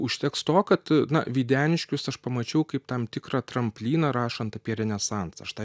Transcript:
užteks to kad na videniškius aš pamačiau kaip tam tikrą tramplyną rašant apie renesansą aš tą